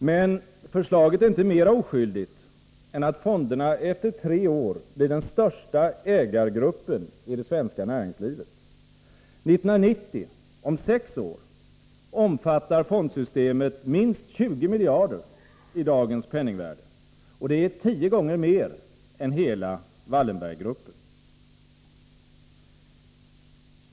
Men förslaget är inte mera oskyldigt än att fonderna efter tre år blir den största ägargruppen i det svenska näringslivet. 1990 — om sex år — omfattar fondsystemet minst 20 miljarder i dagens penningvärde. Det är tio gånger mer än hela Wallenberggruppen.